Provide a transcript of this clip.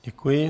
Děkuji.